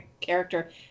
character